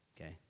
okay